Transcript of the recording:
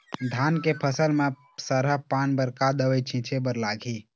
धान के फसल म सरा पान बर का दवई छीचे बर लागिही?